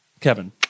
Kevin